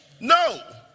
No